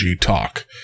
talk